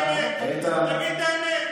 תגיד את האמת.